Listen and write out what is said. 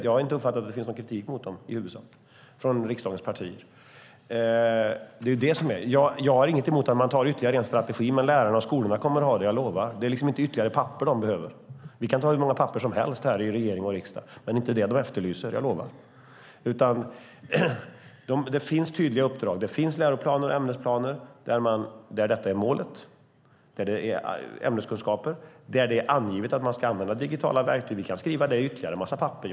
Jag har inte uppfattat att det i huvudsak finns någon kritik mot dem från riksdagens partier. Jag har inget emot att man antar ytterligare en strategi, men lärarna och skolorna kommer att ha det, jag lovar. Det är liksom inte ytterligare papper de behöver. Vi kan anta hur många papper som helst i regering och riksdag, men det är inte det de efterlyser, jag lovar. Det finns tydliga uppdrag. Det finns läroplaner och ämnesplaner där målet är ämneskunskaper men där det är angivet att man ska använda digitala verktyg. Vi kan skriva det på ytterligare en massa papper.